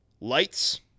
Lights